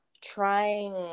trying